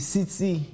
City